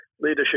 leadership